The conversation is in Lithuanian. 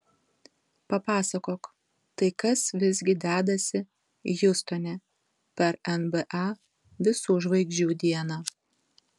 papasakok tai kas visgi dedasi hjustone per nba visų žvaigždžių dieną